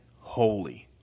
Holy